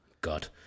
God